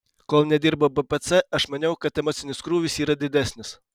kol nedirbau bpc aš maniau kad emocinis krūvis yra didesnis